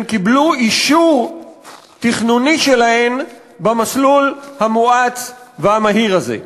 קיבלו אישור תכנוני להן במסלול המואץ והמהיר הזה.